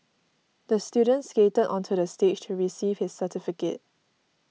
the student skated onto the stage to receive his certificate